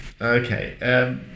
Okay